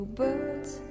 birds